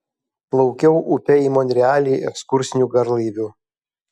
plaukiau upe į monrealį ekskursiniu garlaiviu